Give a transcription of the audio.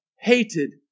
hated